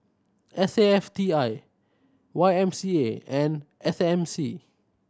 S A F T I Y M C A and S M C